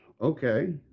okay